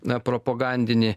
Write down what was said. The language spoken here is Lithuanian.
na propagandinį